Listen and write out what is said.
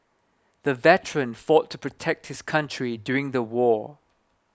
the veteran fought to protect his country during the war